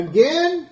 Again